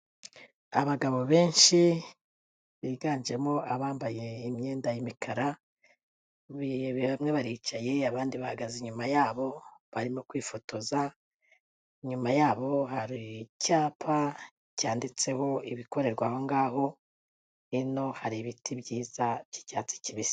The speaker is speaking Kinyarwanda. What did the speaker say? Abagabo benshi biganjemo abambaye imyenda y'imikara, bari hamwe baricaye, abandi bahagaze inyuma yabo barimo kwifotoza, inyuma yabo hari icyapa cyanditseho ibikorerwa aho ngaho, hino hari ibiti byiza by'icyatsi kibisi.